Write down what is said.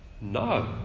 No